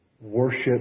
worship